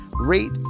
rate